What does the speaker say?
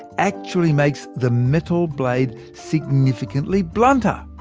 actually makes the metal blade significantly blunter!